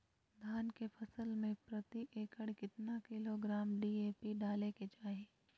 धान के फसल में प्रति एकड़ कितना किलोग्राम डी.ए.पी डाले के चाहिए?